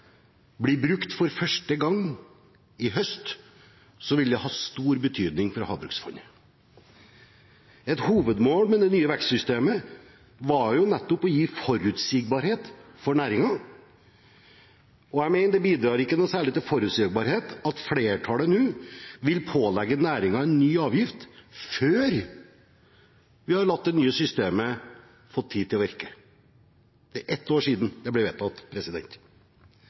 blir brukt for første gang i høst, vil det ha stor betydning for havbruksfondet. Et hovedmål med det nye vekstsystemet var nettopp å gi forutsigbarhet for næringen, og jeg mener det ikke bidrar noe særlig til forutsigbarhet at flertallet nå vil pålegge næringen en ny avgift før vi har latt det nye systemet få tid til å virke. Det er ett år siden det ble vedtatt.